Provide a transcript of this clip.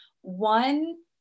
one